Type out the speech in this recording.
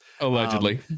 allegedly